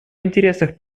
интересах